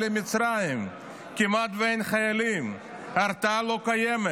למצרים כמעט ואין חיילים ההרתעה לא קיימת.